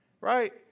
Right